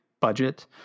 budget